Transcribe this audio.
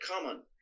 common